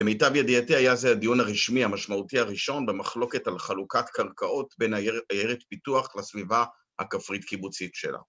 למיטב ידיעתי היה זה הדיון הרשמי המשמעותי הראשון במחלוקת על חלוקת קרקעות בין עירת פיתוח לסביבה הכפרית קיבוצית שלה